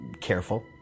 careful